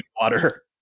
water